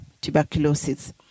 tuberculosis